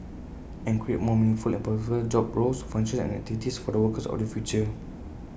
and create more meaningful and purposeful job roles functions and activities for the workers of the future